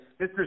Mr